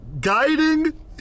guiding